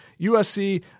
USC